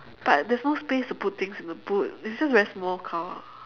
but there's no space to put things in the boot it's just a very small car